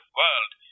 world